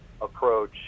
approach